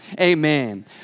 Amen